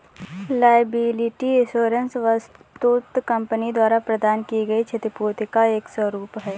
liability insurance वस्तुतः company द्वारा प्रदान की गई क्षतिपूर्ति का एक स्वरूप है